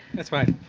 that's fine.